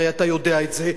הרי אתה יודע את זה,